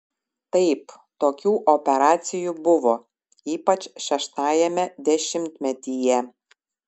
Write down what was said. taip tokių operacijų buvo ypač šeštajame dešimtmetyje